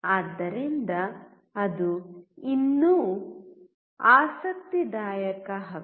ಆದ್ದರಿಂದ ಅದು ಇನ್ನೂ ಆಸಕ್ತಿದಾಯಕ ಹಕ್ಕು